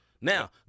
Now